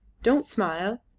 don't smile.